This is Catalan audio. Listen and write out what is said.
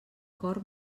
cor